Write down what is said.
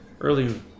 early